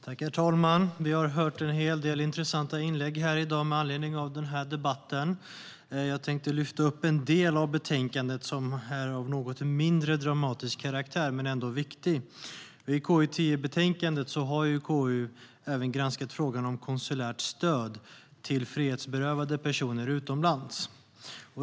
Herr talman! Vi har hört en hel del intressanta inlägg i den här debatten i dag. Jag tänkte lyfta upp en del av betänkandet som är av en något mindre dramatisk karaktär men ändå viktig. I betänkandet KU10 har KU även granskat frågan om konsulärt stöd till frihetsberövade personer utomlands.